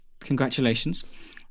congratulations